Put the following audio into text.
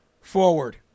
forward